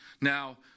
Now